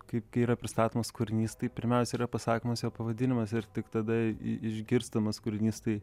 kaip kai yra pristatomas kūrinys tai pirmiausia yra pasakomas jo pavadinimas ir tik tada išgirstamas kūrinys tai